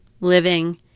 living